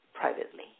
privately